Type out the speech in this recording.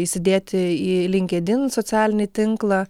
įsidėti į linkedin socialinį tinklą